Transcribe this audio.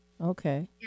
Okay